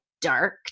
dark